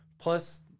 Plus